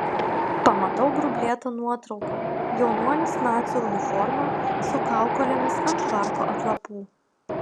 pamatau grublėtą nuotrauką jaunuolis nacių uniforma su kaukolėmis ant švarko atlapų